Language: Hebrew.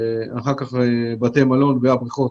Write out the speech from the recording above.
אחר כך בתי המלון והבריכות.